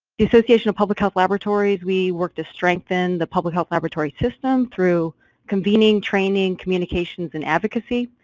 the association of public health laboratories, we work to strengthen the public health laboratory system through convening, training, communications and advocacy.